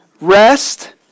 Rest